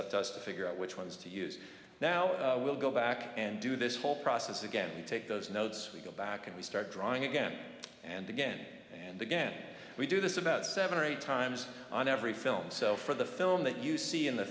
up to us to figure out which ones to use now we'll go back and do this whole process again and take those notes we go back and we start drawing again and again and again we do this about seven or eight times on every film so for the film that you see in the